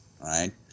right